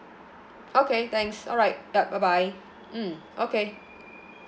okay thanks alright yup bye bye mm okay